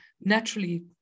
naturally